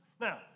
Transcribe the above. Now